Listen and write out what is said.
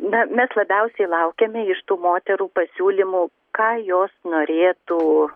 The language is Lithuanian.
ne mes labiausiai laukiame iš tų moterų pasiūlymų ką jos norėtų